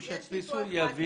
שעשינו זה ביטול